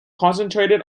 concentrated